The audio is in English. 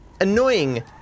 annoying